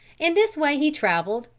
in this way he traveled,